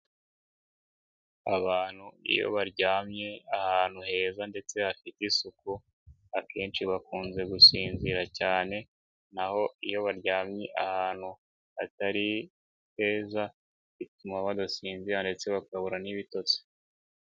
Abantu iyo baryamye ahantu heza ndetse hafite isuku, akenshi bakunze gusinzira cyane, naho iyo baryamye ahantu hatari heza, bituma badasinzira ndetse bakabura n'ibitotsi.